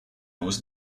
was